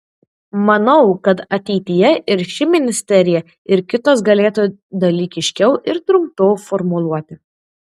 manau kad ateityje ir ši ministerija ir kitos galėtų dalykiškiau ir trumpiau formuluoti